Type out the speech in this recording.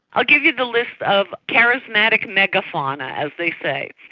i'll give you the list of charismatic mega-fauna, as they say.